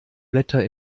blätter